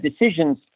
decisions